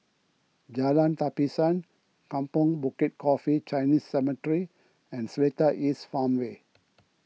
Jalan Tapisan Kampong Bukit Coffee Chinese Cemetery and Seletar East Farmway